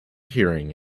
hearing